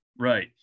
right